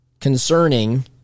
concerning